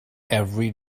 every